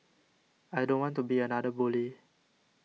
I don't want to be another bully